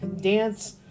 dance